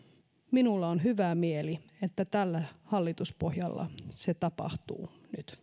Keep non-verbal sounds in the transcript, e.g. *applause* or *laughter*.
minulla on hyvä mieli *unintelligible* *unintelligible* siitä että tällä hallituspohjalla se tapahtuu nyt